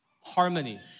harmony